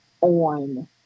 on